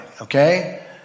okay